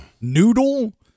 Noodle